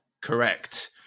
Correct